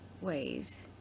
ways